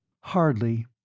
Hardly